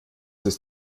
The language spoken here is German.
ist